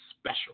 special